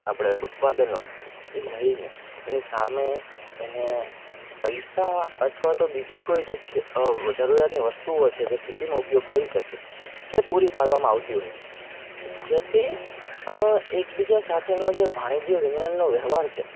આપણે ઉત્પાદનો એ લઈને એની સામે એને પૈસા અથવા તો બીજી કોઈ જે જરૂરિયાતની વસ્તુઓ છે જે ખેતીમાં ઉપયોગ થઈ શકે એ પૂરી પાડવામાં આવતી હોય છે જેથી એકબીજા સાથેનો જે વાણિજ્ય વિનિયનનો વ્યવહાર છે